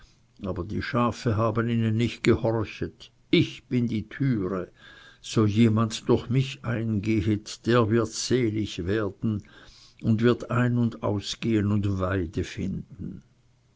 aber die schafe haben ihnen nicht gehorchet ich bin die türe so jemand durch mich eingehet der wird selig werden und wird ein und ausgehen und weide finden